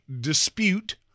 dispute